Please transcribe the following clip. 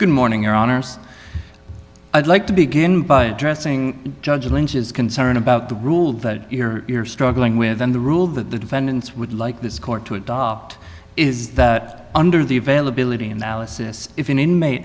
good morning your honor i'd like to begin by addressing judge lynch's concern about the rule that you're struggling with and the rule that the defendants would like this court to adopt is that under the availability analysis if an inmate